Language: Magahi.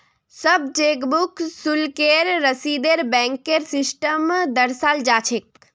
सब चेकबुक शुल्केर रसीदक बैंकेर स्टेटमेन्टत दर्शाल जा छेक